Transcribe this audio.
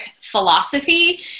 philosophy